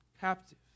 captive